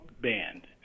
band